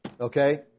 Okay